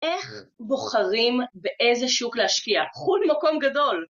איך בוחרים באיזה שוק להשקיע? חו״ל היא מקום גדול.